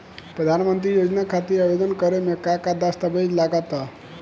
प्रधानमंत्री योजना खातिर आवेदन करे मे का का दस्तावेजऽ लगा ता?